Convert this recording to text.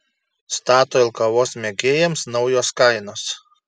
statoil kavos mėgėjams naujos kainos